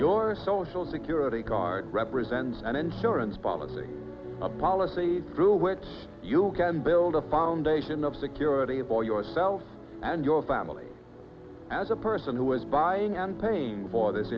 your social security card represents an insurance policy a policy through which you can build a foundation of security for yourself and your family as a person who is buying and pain for this